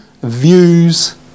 views